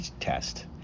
test